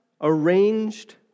arranged